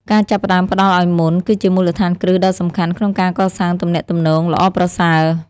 ការចាប់ផ្តើមផ្តល់ឲ្យមុន គឺជាមូលដ្ឋានគ្រឹះដ៏សំខាន់ក្នុងការកសាងទំនាក់ទំនងល្អប្រសើរ។